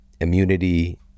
immunity